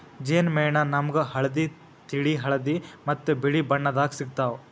ಜೇನ್ ಮೇಣ ನಾಮ್ಗ್ ಹಳ್ದಿ, ತಿಳಿ ಹಳದಿ ಮತ್ತ್ ಬಿಳಿ ಬಣ್ಣದಾಗ್ ಸಿಗ್ತಾವ್